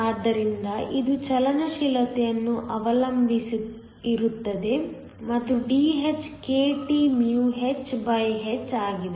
ಆದ್ದರಿಂದ ಇದು ಚಲನಶೀಲತೆಯನ್ನು ಅವಲಂಬಿಸಿರುತ್ತದೆ ಮತ್ತು Dh kThh ಆಗಿದೆ